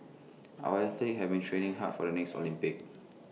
our athletes have been training hard for the next Olympics